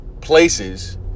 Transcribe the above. places